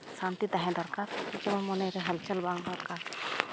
ᱥᱟᱱᱛᱤ ᱛᱟᱦᱮᱸ ᱫᱚᱨᱠᱟᱨ ᱵᱚᱨᱪᱚᱝ ᱢᱚᱱᱮᱨᱮ ᱦᱟᱞᱪᱟᱞ ᱵᱟᱝ ᱫᱚᱨᱠᱟᱨ